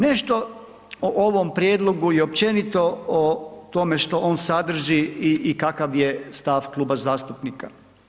Nešto o ovom prijedlogu i općenito o tome što on sadrži i kakav je stav kluba zastupnika.